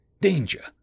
Danger